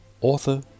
author